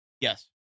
Yes